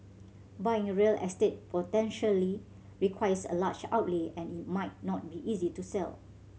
buying real estate potentially requires a large outlay and it might not be easy to sell